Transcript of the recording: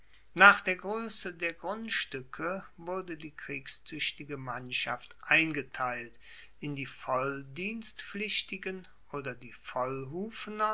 nach der groesse der grundstuecke wurde die kriegstuechtige mannschaft eingeteilt in die volldienstpflichtigen oder die